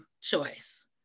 choice